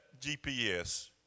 GPS